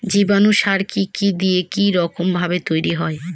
জীবাণু সার কি কি দিয়ে কি রকম ভাবে তৈরি হয়?